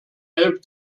elf